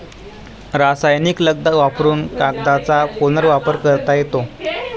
रासायनिक लगदा वापरुन कागदाचा पुनर्वापर करता येतो